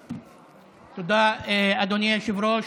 תודה, אדוני היושב-ראש.